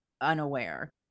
unaware